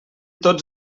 tots